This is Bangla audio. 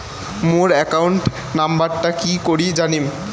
মোর একাউন্ট নাম্বারটা কি করি জানিম?